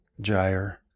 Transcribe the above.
Jire